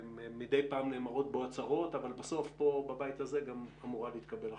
מדי פעם נאמרות בו הצהרות אבל בסוף פה בבית הזה גם אמורה להתקבל החלטה.